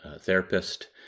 therapist